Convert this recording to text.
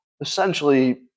essentially